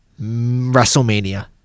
WrestleMania